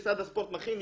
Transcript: משרד הספורט מכין,